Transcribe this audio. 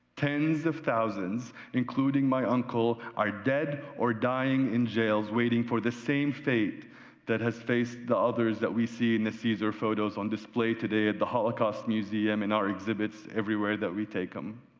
tens of thousands, including my uncle, are dead or dying in jails waiting for the same fate that has faced the others that we see in the caesar photos on display today at the hol law cost museum and our exhibits everywhere that we take um